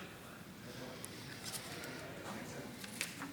אמונים למדינת ישראל ולמלא באמונה את שליחותי